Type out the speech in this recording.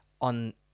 on